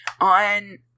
on